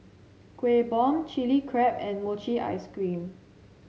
Kueh Bom Chili Crab and Mochi Ice Cream